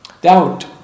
Doubt